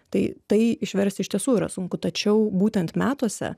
tai tai išversti iš tiesų yra sunku tačiau būtent metuose